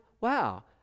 Wow